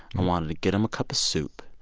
i wanted to get him a cup of soup,